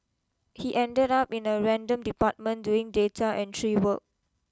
he ended up in a random department doing data entry work